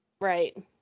Right